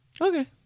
Okay